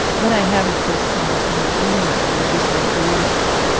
but i have of course so much anger in me, and it is my greatest